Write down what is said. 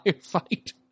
fight